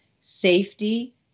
safety